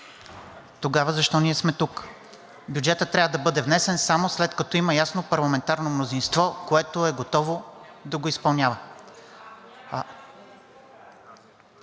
тогава защо ние сме тук? Бюджетът трябва да бъде внесен само след като има ясно парламентарно мнозинство, което е готово да го изпълнява.